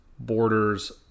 Borders